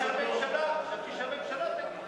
חשבתי שהממשלה תגיש.